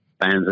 fans